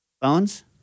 Bones